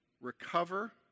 recover